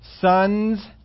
sons